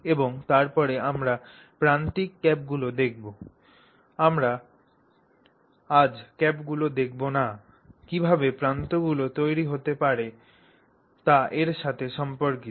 এবং তারপরে আমরা প্রান্তিক ক্যাপগুলি দেখব আমরা আজ ক্যাপগুলি দেখব না কীভাবে প্রান্তগুলি তৈরি হতে পারে তা এর সাথে সম্পর্কিত